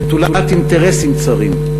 נטולת אינטרסים צרים.